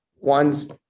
One's